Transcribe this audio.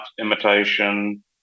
imitation